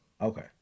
Okay